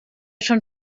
schon